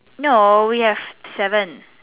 no we have seven